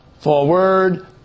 forward